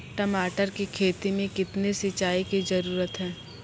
टमाटर की खेती मे कितने सिंचाई की जरूरत हैं?